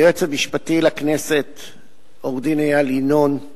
היועץ המשפטי לכנסת עורך-דין איל ינון,